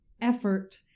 effort